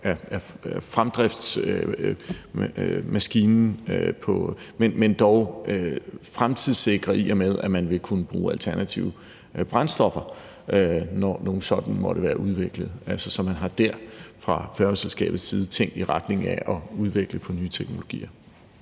fremdriftsmaskinen, men som dog er fremtidssikker, i og med at man vil kunne bruge alternative brændstoffer, når nogle sådan måtte være udviklet, altså så man fra færgeselskabets side har tænkt i retning af at udvikle nye teknologier.